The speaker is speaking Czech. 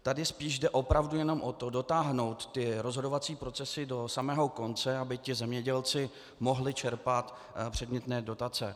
Tady spíš jde opravdu jenom o to, dotáhnout ty rozhodovací procesy do samého konce, aby ti zemědělci mohli čerpat předmětné dotace.